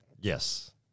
Yes